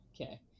okay